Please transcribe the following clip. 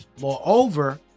Moreover